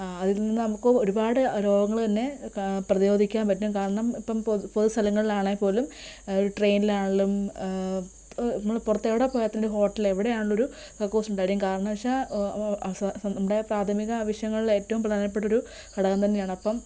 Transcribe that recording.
അതിൽ നിന്ന് നമുക്ക് ഒരുപാട് രോഗങ്ങൾ തന്നെ പ്രതിരോധിക്കാൻ പറ്റും കാരണം ഇപ്പം പൊതു പൊതു സ്ഥലങ്ങളിലാണെങ്കിൽ പോലും ഒരു ട്രെയിനിലാണെങ്കിലും നമ്മൾ പുറത്തെവിടെ പോയാൽ തന്നെ ഹോട്ടലിൽ എവിടെയാണെങ്കിലൊരു കക്കൂസുണ്ടായിരിക്കും കാരണം എന്ന് വെച്ചാൽ നമ്മുടെ പ്രാഥമിക ആവശ്യങ്ങളിലേറ്റവും പ്രധാനപ്പെട്ടൊരു ഘടകം തന്നെയാണ് അപ്പം